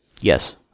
Yes